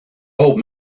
old